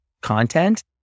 content